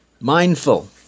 Mindful